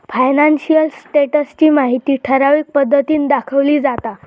financial status ची माहिती ठराविक पद्धतीन दाखवली जाता